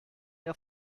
der